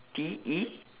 T E